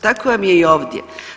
Tako vam je i ovdje.